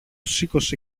σήκωσε